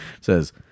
says